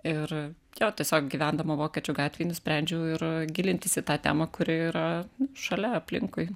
ir jo tiesiog gyvendama vokiečių gatvėj nusprendžiau ir gilintis į tą temą kuri yra šalia aplinkui